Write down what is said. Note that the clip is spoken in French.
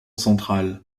central